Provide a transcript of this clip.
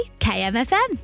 KMFM